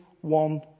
one